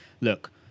look